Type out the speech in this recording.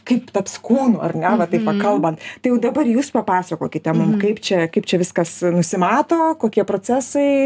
kaip taps kūnu ar ne va taip kalbant tai jau dabar jūs papasakokite mum kaip čia kaip čia viskas nusimato kokie procesai